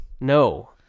no